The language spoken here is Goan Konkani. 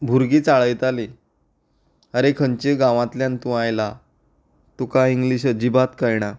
भुरगीं चाळयतालीं आरे खंयच्या गांवांतल्यान तूं आयला तुका इंग्लीश अज्जिबात कळना